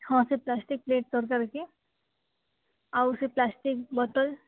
ହଁ ସେ plastic plate ଦରକାର କି ଆଉ ସେ ପ୍ଲାଷ୍ଟିକ୍ ବୋତଲ୍